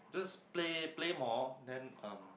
just play play more then um